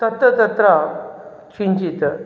तत्र तत्र किञ्चित्